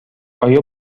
آیا